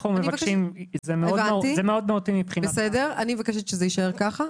זה מאוד מהותי מבחינת --- אני מבקשת שזה יישאר ככה.